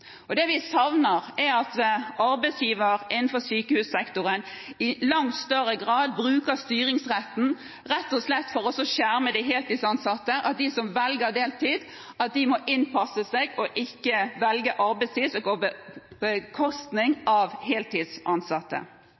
Det vi savner, er at arbeidsgiver innenfor sykehussektoren i langt større grad bruker styringsretten, rett og slett for å skjerme de heltidsansatte, og at de som velger deltid må tilpasse seg og ikke velge arbeidstid som går på bekostning av heltidsansatte.